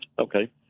okay